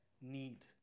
need